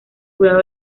jurado